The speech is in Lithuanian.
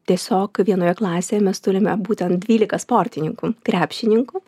tiesiog vienoje klasėje mes turime būtent dvylika sportininkų krepšininkų